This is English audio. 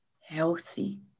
healthy